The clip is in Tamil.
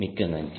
மிக்க நன்றி